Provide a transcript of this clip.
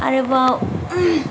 आरोबाव